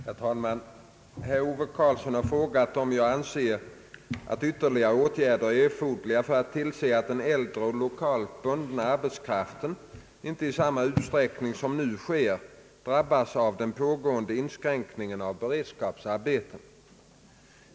Herr talman! Herr Ove Karlsson har frågat om jag anser att ytterligare åtgärder är erforderliga för att tillse att den äldre och lokalt bundna arbetskraften inte i samma utsträckning som nu sker drabbas av den pågående inskränkningen av beredskapsarbeten.